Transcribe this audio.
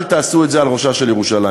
אל תעשו את זה על ראשה של ירושלים.